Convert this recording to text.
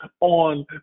on